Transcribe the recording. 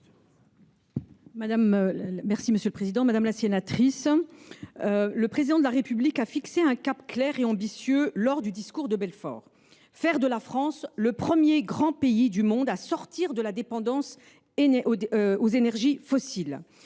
Mme la ministre déléguée. Madame la sénatrice, le Président de la République a fixé un cap clair et ambitieux lors du discours de Belfort : faire de la France le premier grand pays du monde à sortir de la dépendance aux énergies fossiles.